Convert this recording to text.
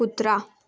कुत्रा